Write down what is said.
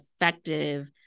effective